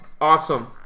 Awesome